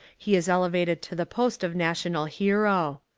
he is elevated to the post of national hero.